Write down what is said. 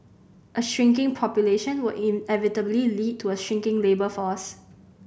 a shrinking population will inevitably lead to a shrinking labour force